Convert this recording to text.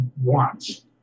wants